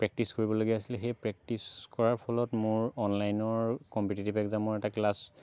practice কৰিবলগীয়া হৈছিলে সেই প্ৰেকটিছ কৰাৰ ফলত মোৰ অনলাইনৰ কম্পিটেটিভ এক্জামৰ এটা ক্লাছ